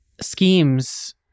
schemes